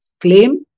Claim